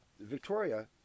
Victoria